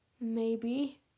Maybe